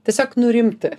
tiesiog nurimti